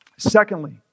Secondly